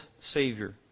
Savior